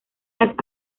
las